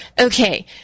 okay